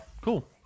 Cool